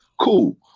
Cool